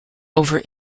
over